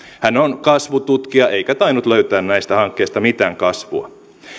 hän on kasvututkija eikä tainnut löytää näistä hankkeista mitään kasvua